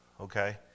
Okay